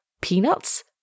Peanuts